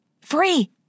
Free